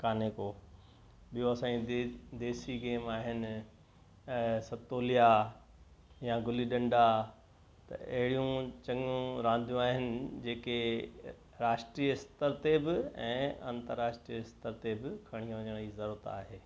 कान्हेको ॿियो असांजी देसी गेम आहिनि ऐं सतोलिया या गुली डंडा त अहिड़ियूं चङियूं रांदियूं आहिनि जेके राष्ट्रीय स्तर ते बि ऐं अंतरराष्ट्रीय स्तर ते बि खणी वञण जी ज़रूरत आहे